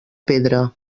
pedra